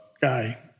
guy